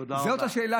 תודה רבה.